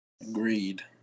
agreed